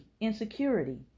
insecurity